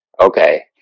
Okay